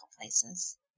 places